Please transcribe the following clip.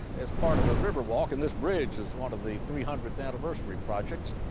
it's part of the riverwalk, and this bridge is one of the three hundredth anniversary projects.